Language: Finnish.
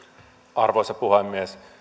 arvoisa puhemies